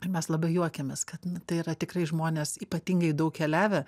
mes labai juokiamės kad nu tai yra tikrai žmonės ypatingai daug keliavę